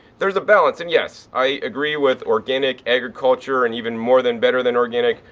there's a balance. and yes, i agree with organic agriculture and even more than better than organic,